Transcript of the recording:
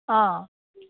অঁ